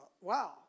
wow